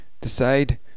decide